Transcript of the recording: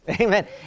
Amen